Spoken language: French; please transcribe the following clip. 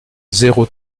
zéro